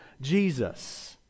Jesus